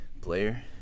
player